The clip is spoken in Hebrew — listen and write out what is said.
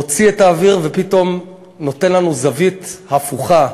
מוציא את האוויר ופתאום נותן לנו זווית הפוכה.